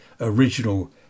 original